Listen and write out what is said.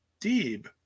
Deeb